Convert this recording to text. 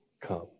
come